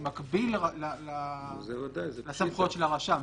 שמקביל לסמכויות של הרשם.